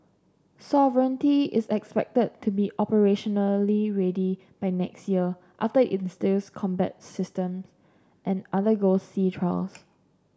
sovereignty is expected to be operationally ready by next year after it installs combat systems and undergoes sea trials